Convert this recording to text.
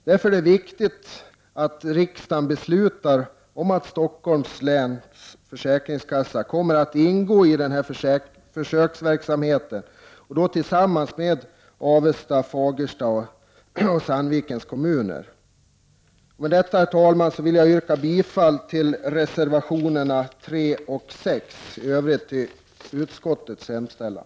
Därför är det viktigt att riksdagen beslutar att försäkringskassan i Stockholms län skall ingå i denna försöksverksamhet tillsammans med kommunerna Avesta, Fagersta och Sandviken. Med detta, herr talman, vill jag yrka bifall till reservationerna 3 och 6 och i övrigt till utskottets hemställan.